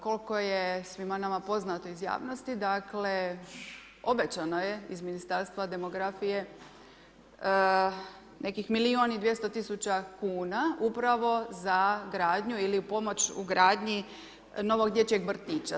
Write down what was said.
Koliko je svima nama poznato iz javnosti, dakle, obećano je iz Ministarstva demografije nekih milijun i 200 tisuća kuna upravo za gradnju ili u pomoć u gradnji novog dječjeg vrtića.